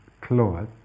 cloth